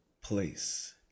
place